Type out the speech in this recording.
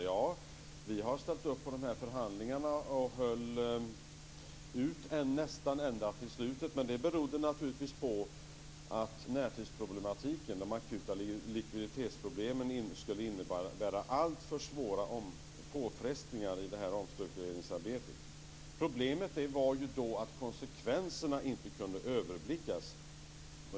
Ja, vi har ställt upp på förhandlingarna och höll ut nästan ända till slutet, men det berodde naturligtvis på att närstridsproblematiken och de akuta likviditetsproblemen skulle innebära alltför svåra påfrestningar i omstruktureringsarbetet. Problemet var ju då att konsekvenserna inte kunde överblickas.